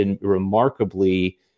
remarkably